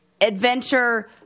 adventure